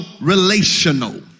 relational